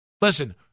listen